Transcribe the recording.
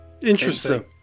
Interesting